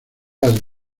jazz